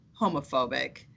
homophobic